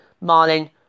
Marlin